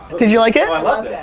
did you like it? oh, i loved it.